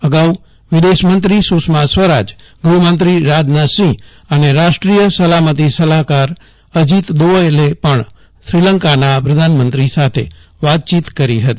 અગાઉ વિદેશમંત્રી સુષ્મા સ્વરાજ ગૂહમંત્રી રાજનાથસિંહ અને રાષ્ટ્રીય સલામતી સલાહકાર અજીત દોવલે શ્રીલંકાના પ્રધાનમંત્રી સાથે વાતચીત કરી હતી